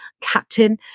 captain